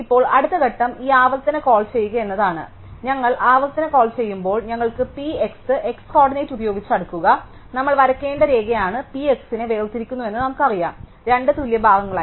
ഇപ്പോൾ അടുത്ത ഘട്ടം ഈ ആവർത്തന കോൾ ചെയ്യുക എന്നതാണ് അതിനാൽ ഞങ്ങൾ ആവർത്തന കോൾ ചെയ്യുമ്പോൾ ഞങ്ങൾക്ക് പി x x കോർഡിനേറ്റ് ഉപയോഗിച്ച് അടുക്കുക നമ്മൾ വരയ്ക്കേണ്ട രേഖയാണ് പി x നെ വേർതിരിക്കുന്നതെന്ന് നമുക്കറിയാം രണ്ട് തുല്യ ഭാഗങ്ങളായി